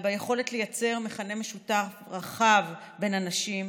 ביכולת לייצר מכנה משותף רחב בין אנשים,